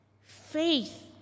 faith